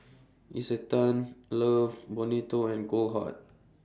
Isetan Love Bonito and Goldheart